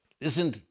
Listen